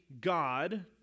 God